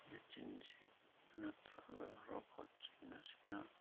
ꯃꯦꯆꯤꯟꯁꯤ ꯅꯠꯇ꯭ꯔꯒ ꯔꯣꯕꯣꯠꯁꯤꯡ ꯑꯁꯤꯅ